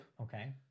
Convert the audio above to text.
Okay